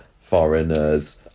foreigners